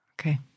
Okay